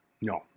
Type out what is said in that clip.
No